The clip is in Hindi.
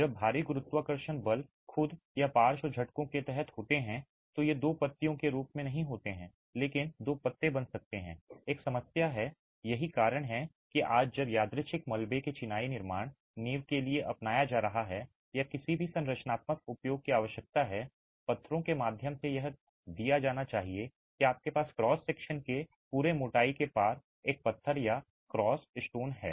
जब भारी गुरुत्वाकर्षण बल खुद या पार्श्व झटकों के तहत होते हैं तो ये दो पत्तियों के रूप में नहीं होते हैं लेकिन दो पत्ते बन सकते हैं एक समस्या है यही कारण है कि आज जब यादृच्छिक मलबे के चिनाई निर्माण नींव के लिए अपनाया जा रहा है या किसी भी संरचनात्मक उपयोग की आवश्यकता है पत्थरों के माध्यम से यह दिया जाना चाहिए कि आपके पास क्रॉस सेक्शन के पूरे मोटाई के पार एक पत्थर या एक क्रॉस स्टोन है